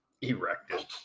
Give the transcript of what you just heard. erected